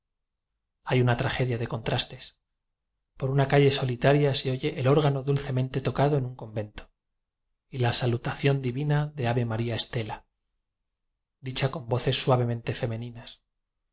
hay una tragedia de contrastes por una calle solitaria se oye el órgano dulcemente tocado en un convento y la salutación divina de ave maría stella dicha con vo ces suavemente femeninas